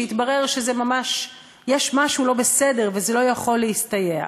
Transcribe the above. שהתברר שממש יש משהו לא בסדר וזה לא יכול להסתייע.